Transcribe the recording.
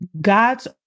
God's